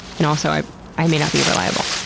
and also. i i may not be reliable.